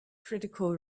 critical